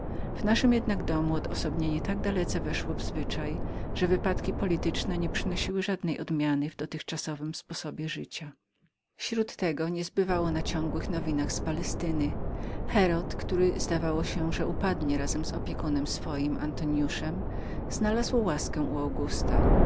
w naszym jednak domu odosobienie tak dalece weszło w zwyczaj że wypadki polityczne nie przyniosły żadnej odmiany w dotychczasowym sposobie życiażycia śród tego nie zbywało na ciągłych nowinach z palestyny herod który zdawało się że upadnie razem z opiekunem swoim antoniuszem znalazł łaskę w